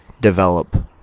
develop